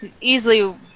Easily